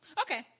okay